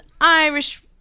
Irish